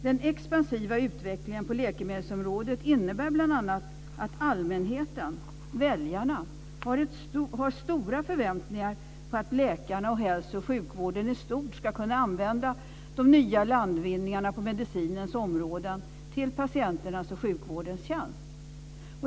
Den expansiva utvecklingen på läkemedelsområdet innebär bl.a. att allmänheten, väljarna, har stora förväntningar på att läkarna och hälso och sjukvården i stort ska kunna använda de nya landvinningarna på medicinens områden i patienternas och sjukvårdens tjänst.